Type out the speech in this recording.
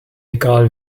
egal